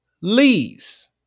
leaves